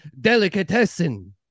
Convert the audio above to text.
delicatessen